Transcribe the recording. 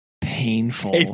painful